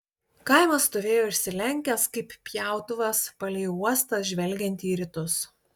kaimas stovėjo išsilenkęs kaip pjautuvas palei uostą žvelgiantį į rytus